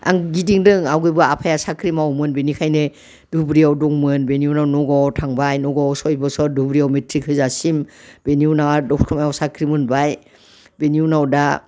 आं गिदिंदों आवगायबो आफाया साख्रि मावोमोन बिनिखायनो धुबुरियाव दंमोन बेनि उनाव नगावआव थांबाय नगावआव सय बोसोर धुबुरियाव मेट्रिक होजासिम बेनि उनाव आरो दतमायाव साख्रि मोनबाय बिनि उनाव दा